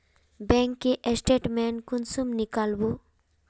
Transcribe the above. Bank के statement कुंसम नीकलावो?